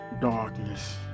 darkness